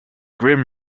grim